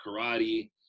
karate